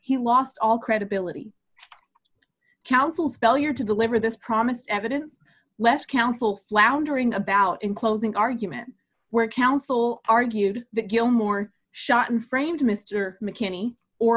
he lost all credibility counsel's valure to deliver this promised evidence left counsel floundering about in closing argument where counsel argued that gilmore shot and framed mr mckinney or